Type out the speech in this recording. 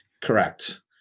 Correct